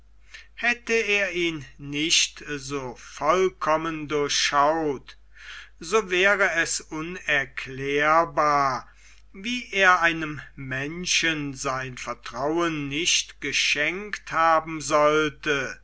hätte er ihn nicht so vollkommen durchschaut so wäre es unerklärbar wie er einem menschen sein vertrauen nicht geschenkt haben sollte